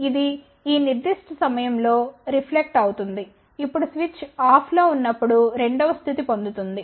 ఇది ఈ నిర్దిష్ట సమయంలో రిఫ్లెక్ట్ అవుతుంది ఇప్పుడు స్విచ్ ఆఫ్లో ఉన్నప్పుడు రెండవ స్థితి పొందబడుతుంది